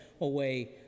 away